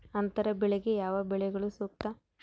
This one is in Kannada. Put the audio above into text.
ಅಂತರ ಬೆಳೆಗೆ ಯಾವ ಬೆಳೆಗಳು ಸೂಕ್ತ?